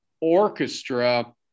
orchestra